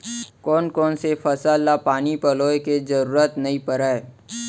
कोन कोन से फसल ला पानी पलोय के जरूरत नई परय?